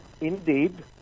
indeed